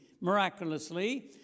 miraculously